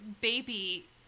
baby